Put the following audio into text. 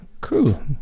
cool